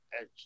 edge